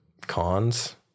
cons